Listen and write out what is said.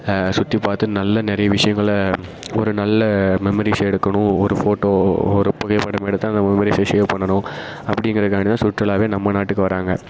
சுற்றி பார்த்து நல்ல நிறைய விஷயங்கள ஒரு நல்ல மெமரிஸ் இருக்கணும் ஒரு ஃபோட்டோ ஒரு புகைப்படம் எடுத்தால் அந்த மெமரிஸை சேவ் பண்ணணும் அப்படிங்கிறதுக்குகாண்டி தான் சுற்றுலாவே நம்ம நாட்டுக்கு வராங்க